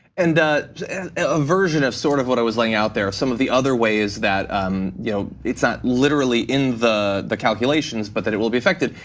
and a ah version of sort of what i was laying out there, some of the other ways that um you know it's not literally in the the calculations but that it will be affected.